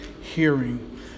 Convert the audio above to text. hearing